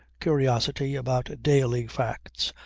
curiosity about daily facts,